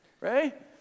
right